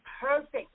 perfect